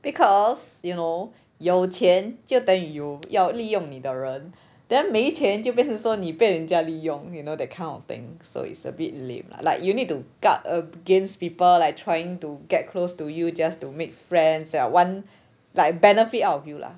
because you know 有钱就等于有要利用你的人 then 没钱就变成说你被人家利用 you know that kind of thing so it's a bit lame lah like you need to guard against people like trying to get close to you just to make friends that are one like benefit out of you lah